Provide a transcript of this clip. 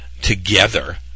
together